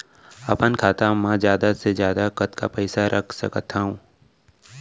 अपन खाता मा जादा से जादा कतका पइसा रख सकत हव?